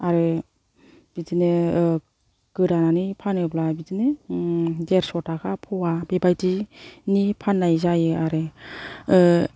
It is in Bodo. आरो बिदिनो गोदानानै फानोब्ला बिदिनो देरस' थाखा पुवा बेबादिनि फान्नाय जायो आरो